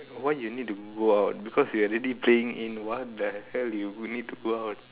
why you need to go out because you're already playing in what the hell you only need to go out